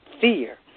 fear